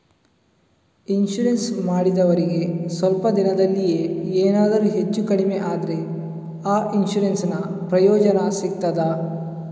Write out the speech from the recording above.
Insurance ಮಾಡಿದವರಿಗೆ ಸ್ವಲ್ಪ ದಿನದಲ್ಲಿಯೇ ಎನಾದರೂ ಹೆಚ್ಚು ಕಡಿಮೆ ಆದ್ರೆ ಆ ಇನ್ಸೂರೆನ್ಸ್ ನ ಪ್ರಯೋಜನ ಸಿಗ್ತದ?